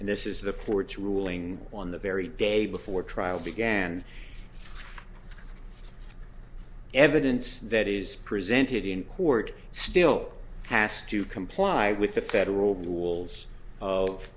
and this is the for its ruling on the very day before trial began evidence that is presented in court still has to comply with the federal rules of